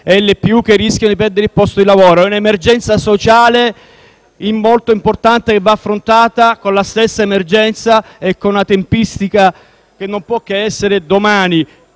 LSU-LPU, che rischiano di perdere il posto di lavoro. È un'emergenza sociale molto importante, che va affrontata con una tempistica che non può che essere domani,